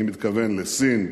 אני מתכוון לסין,